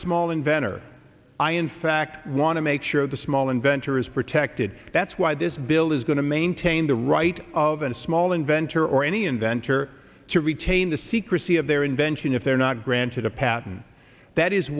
small inventor i in fact want to make sure the small there is protected that's why this bill is going to maintain the right of a small inventor or any inventor to retain the secrecy of their invention if they are not granted a pattern that is